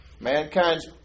Mankind's